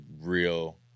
real